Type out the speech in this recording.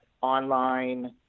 online